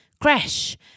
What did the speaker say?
Crash